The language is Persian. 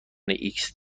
ایکس